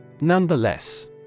Nonetheless